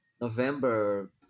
November